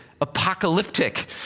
apocalyptic